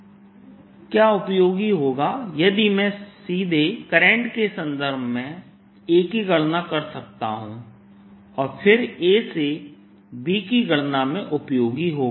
क्या उपयोगी होगा यदि मैं सीधे करंट के संदर्भ में A की गणना कर सकता हूं और फिर A से B की गणना में उपयोगी होगा